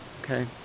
Okay